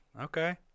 Okay